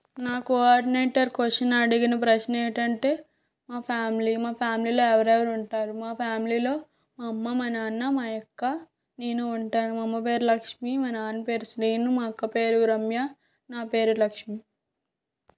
నా coordinator question అడిగిన ప్రశ్న ఏంటంటే మా ఫ్యామిలీ మా ఫ్యామిలీలో ఎవరెవరు ఉంటారు మా ఫ్యామిలీలో మా అమ్మ మా నాన్న మా అక్క నేను ఉంటాను మా అమ్మ పేరు లక్ష్మి మా నాన్న పేరు శీను మా అక్క పేరు రమ్య నా పేరు లక్ష్మి